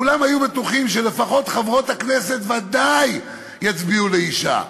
כולם היו בטוחים שלפחות חברות הכנסת יצביעו לאישה.